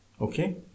okay